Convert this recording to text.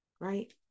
right